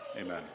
Amen